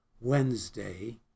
Wednesday